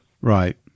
Right